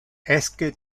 esque